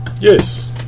Yes